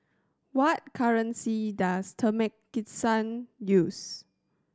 what currency does Turkmenistan use